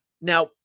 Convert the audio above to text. Now